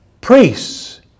priests